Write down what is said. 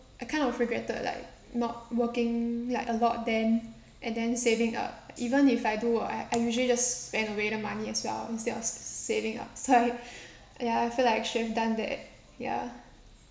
I kind of regretted like not working like a lot then and then saving up even if I do ah I I usually just spend away the money as well instead of s~ saving up so I ya I feel like should have done that ya